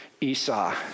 Esau